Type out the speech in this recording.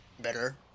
better